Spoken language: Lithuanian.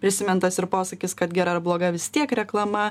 prisimintas ir posakis kad gera ar bloga vis tiek reklama